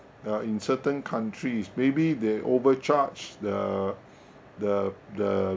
uh in certain countries maybe they overcharged the the the